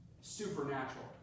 supernatural